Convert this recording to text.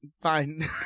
fine